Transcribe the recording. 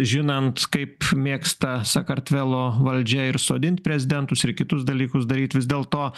žinant kaip mėgsta sakartvelo valdžia ir sodint prezidentus ir kitus dalykus daryt vis dėlto